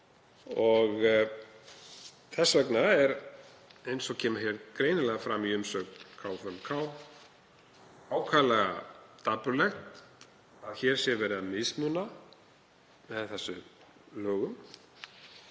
Þess vegna er, eins og kemur greinilega fram í umsögn KFUM og KFUK, ákaflega dapurlegt að hér sé verið að mismuna með þessum lögum